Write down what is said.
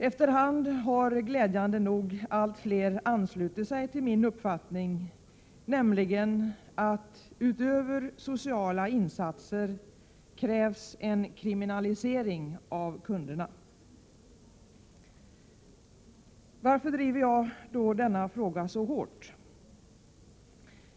Efter hand har glädjande nog allt fler anslutit sig till min uppfattning, nämligen att det utöver sociala insatser krävs en kriminalisering av kundernas beteende. Varför driver jag då denna fråga så hårt?